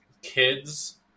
kids